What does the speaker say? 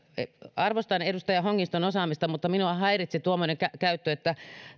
arvostan edustaja hongiston osaamista mutta minua häiritsi tuommoinen että